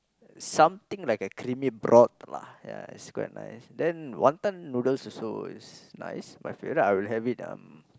something like a creamy broth lah ya it's quite nice then wanton noodles also is nice my favourite I'll have it um